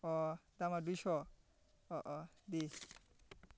अ दामाआ दुइस' अ अ दे